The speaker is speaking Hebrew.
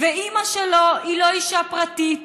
אימא שלו היא לא אישה פרטית,